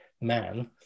man